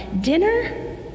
dinner